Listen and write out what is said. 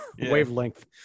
wavelength